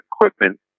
equipment